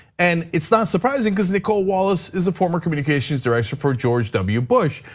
and it's not surprising cuz nicole wallace is a former communications director for george w bush.